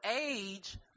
age